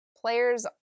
Players